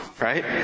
right